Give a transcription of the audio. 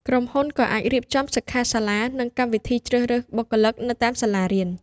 ក្រុមហ៊ុនក៏អាចរៀបចំ សិក្ខាសាលា និងកម្មវិធីជ្រើសរើសបុគ្គលិកនៅតាមសាលារៀន។